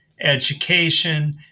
education